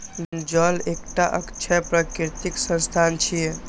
जल एकटा अक्षय प्राकृतिक संसाधन छियै